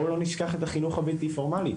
בואו לא נשכח את החינוך הבלתי פורמלי.